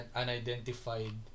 unidentified